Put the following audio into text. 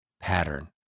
pattern